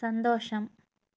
സന്തോഷം